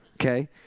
Okay